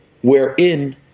wherein